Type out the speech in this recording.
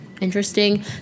interesting